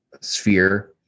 sphere